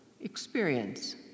experience